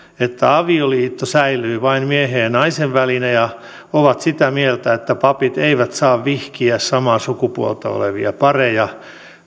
että avioliitto säilyy vain miehen ja naisen välisenä ja ovat sitä mieltä että papit eivät saa vihkiä samaa sukupuolta olevia pareja